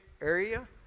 area